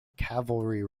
cavalry